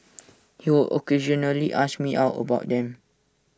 he would occasionally ask me out about them